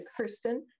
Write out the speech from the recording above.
Kirsten